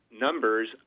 numbers